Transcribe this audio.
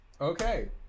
Okay